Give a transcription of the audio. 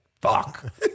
Fuck